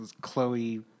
Chloe